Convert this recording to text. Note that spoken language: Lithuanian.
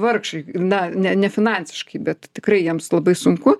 vargšai na ne ne finansiškai bet tikrai jiems labai sunku